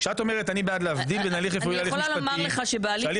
ההגדרה של הליך